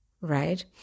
right